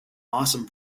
awesome